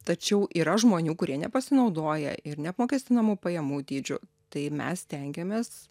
tačiau yra žmonių kurie nepasinaudoja ir neapmokestinamu pajamų dydžiu tai mes stengiamės